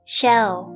Shell